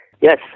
Yes